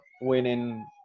winning